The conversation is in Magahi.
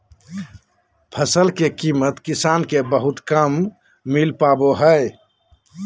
फसल के कीमत किसान के बहुत कम मिल पावा हइ